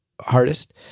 hardest